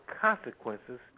consequences